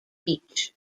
beach